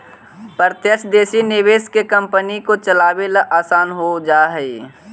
प्रत्यक्ष विदेशी निवेश से कंपनी को चलावे ला आसान हो जा हई